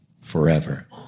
forever